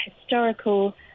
historical